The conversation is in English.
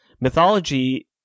Mythology